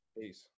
Peace